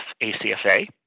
ACFA